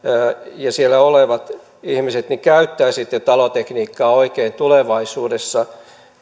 ja siellä olevat ihmiset käyttää sitten talotekniikkaa oikein tulevaisuudessa